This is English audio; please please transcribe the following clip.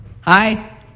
Hi